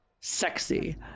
sexy